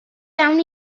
iawn